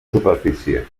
superfície